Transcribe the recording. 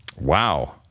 Wow